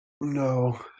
No